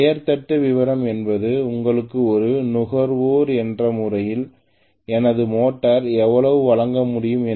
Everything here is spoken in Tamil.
பெயர் தட்டு விவரம் எப்போதும் உங்களுக்கு ஒரு நுகர்வோர் என்ற முறையில் எனது மோட்டார் எவ்வளவு வழங்க முடியும்